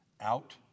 out